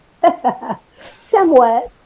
somewhat